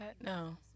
No